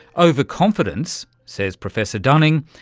over-confidence, says professor dunning,